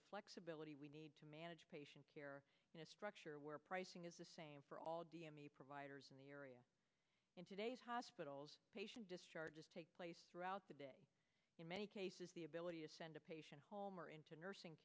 the flexibility we need to manage patients here in a structure where pricing is the same for all d m a providers in the area in today's hospitals patient discharges take place throughout the day in many cases the ability to send a patient home or into nursing